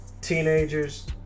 teenagers